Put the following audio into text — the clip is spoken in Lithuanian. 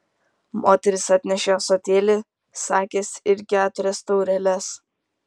moteris atnešė ąsotėlį sakės ir keturias taureles